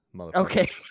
Okay